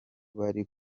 bari